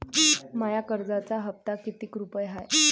माया कर्जाचा हप्ता कितीक रुपये हाय?